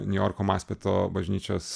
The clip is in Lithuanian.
niujorko maspeto bažnyčios